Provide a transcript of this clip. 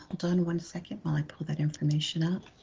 hold on one second while i pull that information up.